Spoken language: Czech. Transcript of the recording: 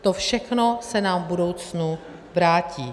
To všechno se nám v budoucnu vrátí.